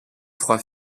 trois